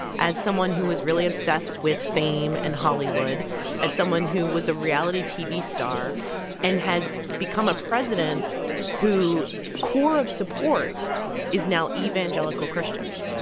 as someone who was really obsessed with fame and hollywood as someone who was a reality tv star and has become a president who core of support is now evangelical christians,